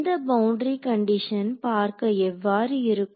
இந்த boundary condition பார்க்க எவ்வாறு இருக்கும்